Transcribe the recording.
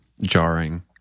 jarring